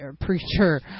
preacher